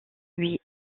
lui